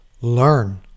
learn